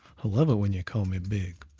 i love it when you call me big